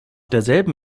derselben